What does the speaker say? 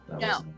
No